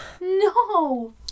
No